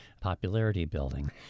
popularity-building